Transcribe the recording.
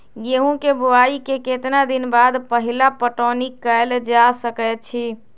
गेंहू के बोआई के केतना दिन बाद पहिला पटौनी कैल जा सकैछि?